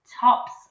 tops